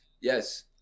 Yes